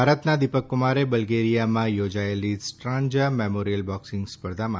ભારતના દીપક્રમારે બલગેરિયામાં યોજાયેલી સ્ટ્રાંજા મેમોરિયલ બોક્સિંગ સ્પર્ધામાં